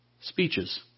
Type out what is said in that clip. speeches